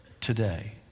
today